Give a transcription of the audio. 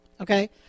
Okay